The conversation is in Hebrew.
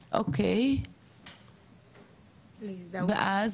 ואז אזור אישי ממשלתי ואז מה קורה פה?